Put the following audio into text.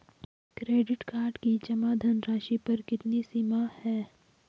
Credit card की जमा धनराशि पर कितनी सीमा है?